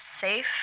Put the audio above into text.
safe